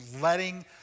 letting